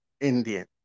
Indian